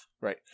Right